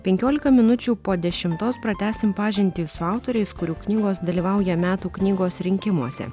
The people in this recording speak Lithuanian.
penkiolika minučių po dešimtos pratęsim pažintį su autoriais kurių knygos dalyvauja metų knygos rinkimuose